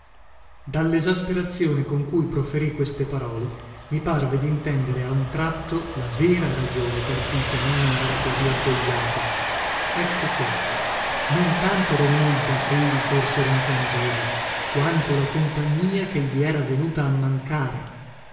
mortalmente dallesasperazione con cui proferì queste parole mi parve dintendere a un tratto la vera ragione per cui pomino era così addogliato ecco qua non tanto romilda egli forse rimpiangeva quanto la compagnia che gli era venuta a mancare